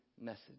message